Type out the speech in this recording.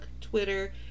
Twitter